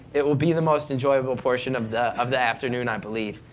it will be the most enjoyable portion of the of the afternoon, i believe.